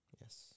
Yes